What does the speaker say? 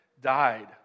died